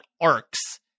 arcs